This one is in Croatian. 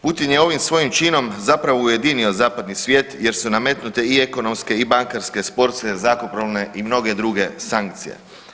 Putin je ovi svojim činom zapravo ujedinio zapadni svijet jer su nametnute i ekonomske i bankarske, sportske, zrakoplovne i mnoge druge sankcije.